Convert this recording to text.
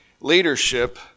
leadership